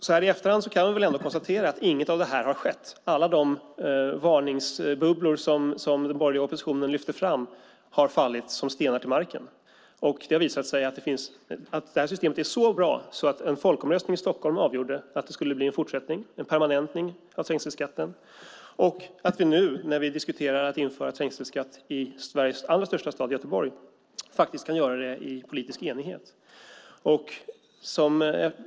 Så här i efterhand kan man väl ändå konstatera att inget av det här har skett. Alla de varningsbubblor som den borgerliga oppositionen lyfte fram har fallit som stenar till marken. Det har visat sig att det här systemet är så bra att en folkomröstning i Stockholm avgjorde att det skulle bli en fortsättning, en permanentning av trängselskatten och att vi nu när vi diskuterar att införa trängselskatt i Sveriges andra största stad, Göteborg, faktiskt kan göra det i politisk enighet.